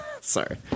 Sorry